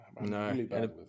no